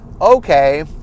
Okay